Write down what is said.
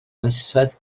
oesoedd